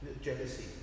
jealousy